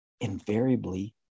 invariably